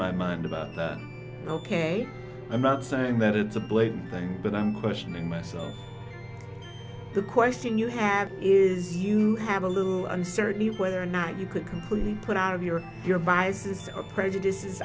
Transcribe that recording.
my mind about ok i'm not saying that it's a blatant thing but i'm questioning myself the question you have is you have a little uncertainly whether or not you could completely put out of your your biases or prejudices